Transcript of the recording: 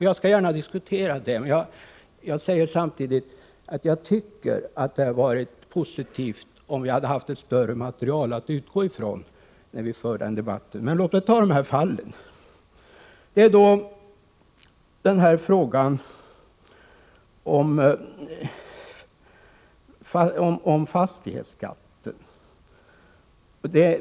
Jag skall gärna diskutera detta, men jag vill samtidigt säga att jag tycker att det hade varit positivt om vi haft ett större material att utgå ifrån när vi för den debatten. Men låt mig gå in på de fall som nämndes! Jag börjar med frågan om fastighetsskatten.